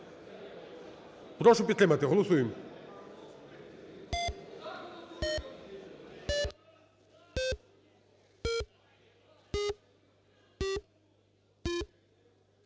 Прошу підтримати. Голосуємо.